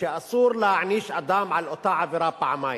שכן אסור להעניש אדם על אותה עבירה פעמיים.